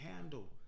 handle